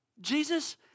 Jesus